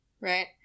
Right